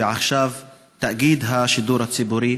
ועכשיו עם תאגיד השידור הציבורי,